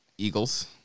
Eagles